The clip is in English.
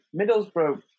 Middlesbrough